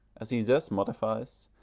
as he thus modifies,